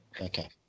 okay